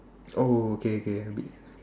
oh okay okay I believe